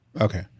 Okay